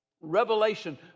revelation